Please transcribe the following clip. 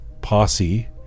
posse